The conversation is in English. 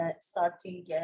starting